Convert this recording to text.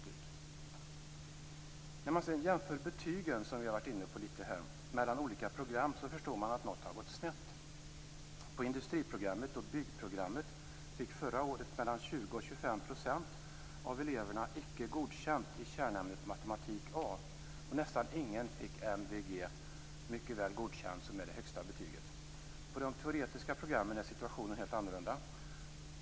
När man sedan jämför betygen mellan olika program förstår man att något har gått snett. På industriprogrammet och byggprogrammet fick förra året mellan 20 och 25 % av eleverna Icke godkänd i kärnämnet matematik A och nästan ingen fick MVG, mycket väl godkänd, som är det högsta betyget. På de teoretiska programmen är situationen helt annorlunda.